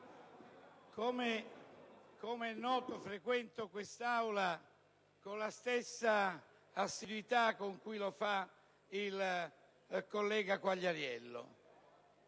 come è noto, frequento quest'Aula con la stessa assiduità con cui lo fa il collega Quagliariello.